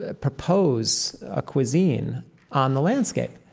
ah propose a cuisine on the landscape.